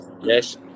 Yes